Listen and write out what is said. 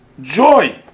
joy